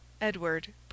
Edward